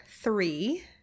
three